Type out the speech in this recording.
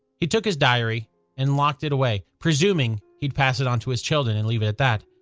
he took his diary and locked it away, presuming he'd pass it on to his children and leave it at that.